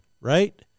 right